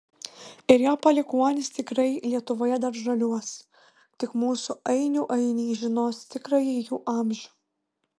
ir jo palikuonys tikrai lietuvoje dar žaliuos tik mūsų ainių ainiai žinos tikrąjį jų amžių